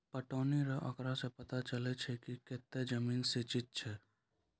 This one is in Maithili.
पटौनी रो आँकड़ा से पता चलै छै कि कतै जमीन सिंचित छै